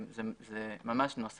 זה ממש עניין של נוסח.